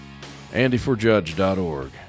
Andyforjudge.org